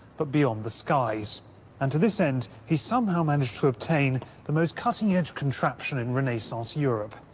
but beyond the skies and, to this end, he somehow managed to obtain the most cutting edge contraption in renaissance europe.